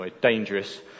dangerous